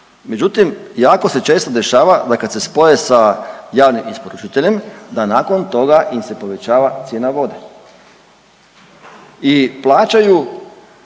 međutim, jako se često dešava da kad se spoje sa javnim isporučiteljem, da nakon toga im se povećava cijena vode i plaćaju